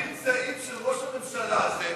אתם עבדים נרצעים של ראש הממשלה הזה,